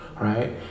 right